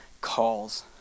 calls